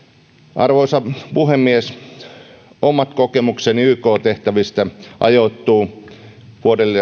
arvoisa puhemies omat kokemukseni yk tehtävistä ajoittuvat vuosille